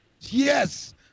Yes